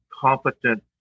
competent